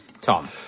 Tom